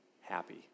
happy